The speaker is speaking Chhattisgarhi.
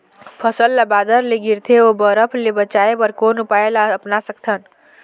फसल ला बादर ले गिरथे ओ बरफ ले बचाए बर कोन उपाय ला अपना सकथन?